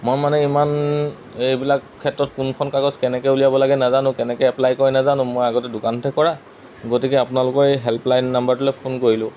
মই মানে ইমান এইবিলাক ক্ষেত্ৰত কোনখন কাগজ কেনেকৈ উলিয়াব লাগে নাজানো কেনেকৈ এপ্লাই কৰে নাজানো মই আগতে দোকানতহে কৰা গতিকে আপোনালোকৰ এই হেল্পলাইন নাম্বাৰটোলৈ ফোন কৰিলোঁ